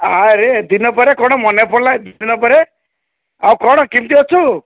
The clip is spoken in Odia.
ଆରେ ଏ ଦିନ ପରେ କ'ଣ ମନେ ପଡ଼ିଲା ଏତେ ଦିନ ପରେ ଆଉ କ'ଣ କେମିତି ଅଛୁ